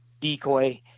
decoy